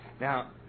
Now